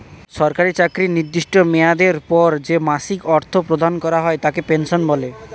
সরকারি চাকরির নির্দিষ্ট মেয়াদের পর যে মাসিক অর্থ প্রদান করা হয় তাকে পেনশন বলে